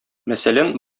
мәсәлән